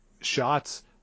shots